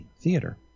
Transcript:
Theater